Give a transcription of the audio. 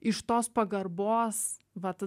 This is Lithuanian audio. iš tos pagarbos vat